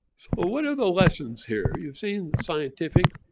so what are the lessons here? you've seen scientific.